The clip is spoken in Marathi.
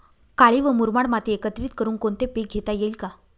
काळी व मुरमाड माती एकत्रित करुन कोणते पीक घेता येईल का?